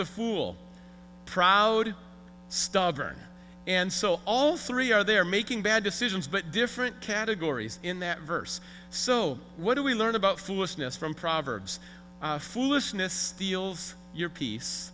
the fool proud stubborn and so all three are there making bad decisions but different categories in that verse so what do we learn about foolishness from proverbs foolishness steals your peace